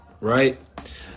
right